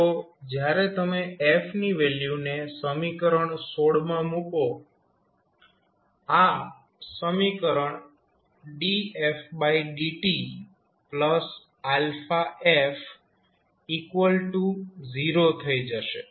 તો જ્યારે તમે f ની વેલ્યુને સમીકરણ માં મુકો આ સમીકરણ dfdtf0 થઈ જશે